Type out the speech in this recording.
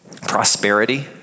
prosperity